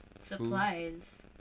supplies